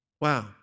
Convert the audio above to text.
Wow